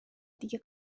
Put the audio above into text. دیگه